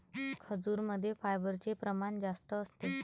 खजूरमध्ये फायबरचे प्रमाण जास्त असते